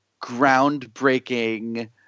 groundbreaking